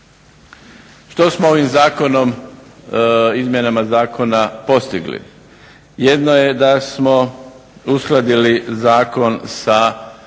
Što smo ovim zakonom izmjenama zakona postigli? Jedno je da smo uskladili zakon sa